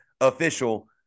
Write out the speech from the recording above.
official